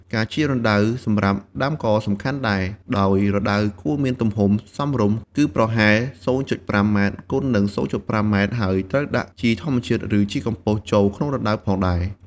ការជីករណ្តៅសម្រាប់ដាំក៏សំខាន់ដែរ ដោយរណ្តៅគួរមានទំហំសមរម្យ គឺប្រហែល ០.៥ ម៉ែត្រ គុណ ០.៥ ម៉ែត្រ ហើយត្រូវដាក់ជីធម្មជាតិ ឬជីកំប៉ុស្តចូលក្នុងរណ្តៅផងដែរ។